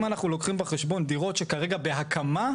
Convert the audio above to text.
אם אנחנו לוקחים בחשבון דירות שכרגע בהקמה,